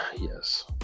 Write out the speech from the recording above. yes